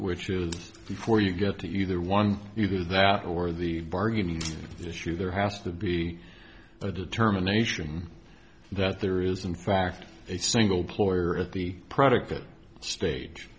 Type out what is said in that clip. which is before you get to either one either that or the bargaining issue there has to be a determination that there is in fact a single ploy or at the predicate stage